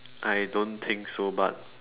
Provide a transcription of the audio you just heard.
I don't think so but